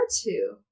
two